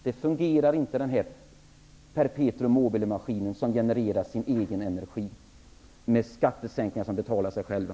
Vi har inte något statsfinansiellt perpetuum mobile, som genererar sin egen energi genom skattesänkningar vilka betalar sig själva.